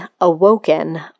Awoken